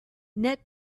net